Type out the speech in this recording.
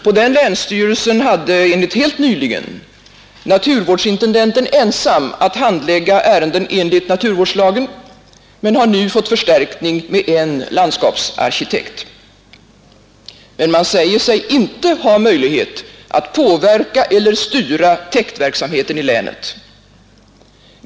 På den länsstyrelsen hade intill helt nyligen naturvårdsintendenten ensam att handlägga ärenden enligt naturvårdslagen men har nu fått förstärkning med en landskapsarkitekt. Men man säger sig inte ha möjlighet att påverka eller styra täktverksamheten i länet.